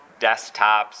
desktops